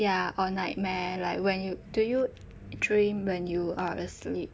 ya or nightmare like when you do you dream when you are asleep